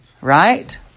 right